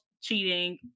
cheating